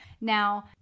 Now